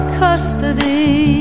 custody